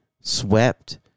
swept